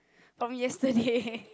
from yesterday